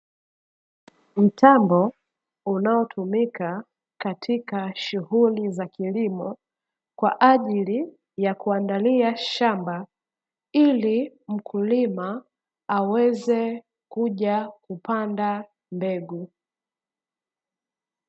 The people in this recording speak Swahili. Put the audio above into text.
Mtambo unaotumika katika shughuli za kilimo kwa ajili ya kuandalia shamba, ili mkulima aweze kuja kupanda mbegu.